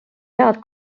head